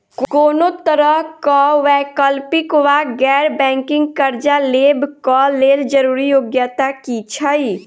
कोनो तरह कऽ वैकल्पिक वा गैर बैंकिंग कर्जा लेबऽ कऽ लेल जरूरी योग्यता की छई?